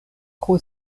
pro